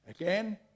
Again